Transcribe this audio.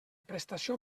prestació